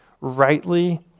rightly